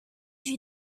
you